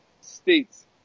states